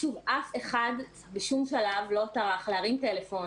שוב, אף אחד בשום שלב לא טרח להרים טלפון,